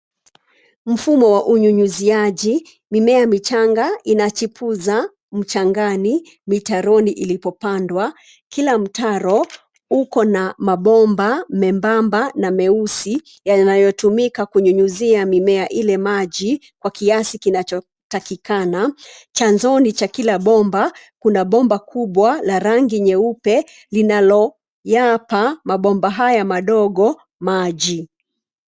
Mfumo wa unyunyiziaji, mimea michanga inachipuza, mchangani, mitaroni ilipopandwa, kila mtaro, uko na mabomba membamba na meusi, yanayotumika kunyunyizia mimea ile maji, kwa kiasi kinacho, takikana, chanzoni cha kila bomba, kuna bomba kubwa la rangi nyeupe, linalo, yapa mabomba haya madogo maji.